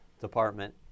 department